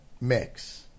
mix